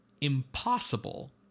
impossible